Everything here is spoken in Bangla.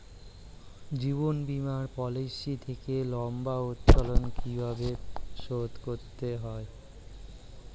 জীবন বীমা পলিসি থেকে লম্বা উত্তোলন কিভাবে শোধ করতে হয়?